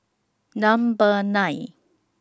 Number nine